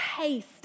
Taste